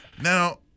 Now